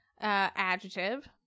adjective